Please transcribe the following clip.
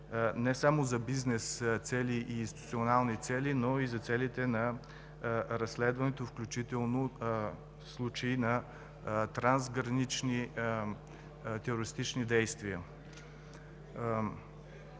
не само за бизнес цели и институционални цели, но и за целите на разследването, включително в случай на трансгранични терористични действия.